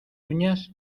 uñas